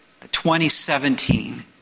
2017